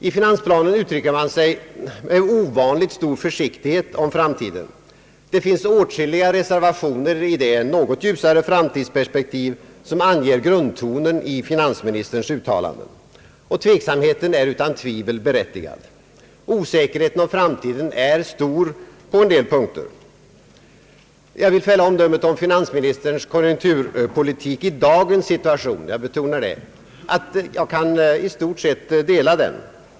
I finansplanen uttrycker man sig med ovanligt stor försiktighet om framtiden. Det finns åtskilliga reservationer i de något ljusare framtidsperspektiv som anger grundtonen i finansministerns uttalanden. Tveksamheten är utan tvivel berättigad. Osäkerheten om framtiden är stor på några punkter. Finansministerns avvägning av konjunkturpolitiken i dagens situation — jag betonar att det gäller dagens situation — kan jag i stort sett dela.